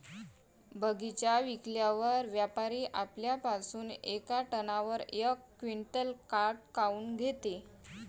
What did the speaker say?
बगीचा विकल्यावर व्यापारी आपल्या पासुन येका टनावर यक क्विंटल काट काऊन घेते?